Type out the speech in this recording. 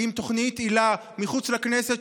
עם תוכנית היל"ה מחוץ לכנסת,